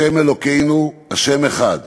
ה' אלוקינו, ה' אחד",